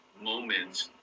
moment